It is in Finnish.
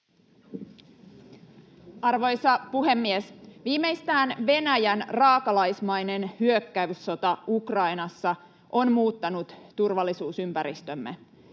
Arvoisa puhemies! Viimeistään Venäjän raakalaismainen hyökkäyssota Ukrainassa on muuttanut turvallisuusympäristömme.